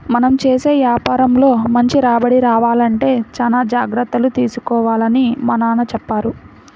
మనం చేసే యాపారంలో మంచి రాబడి రావాలంటే చానా జాగర్తలు తీసుకోవాలని మా నాన్న చెప్పారు